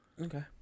Okay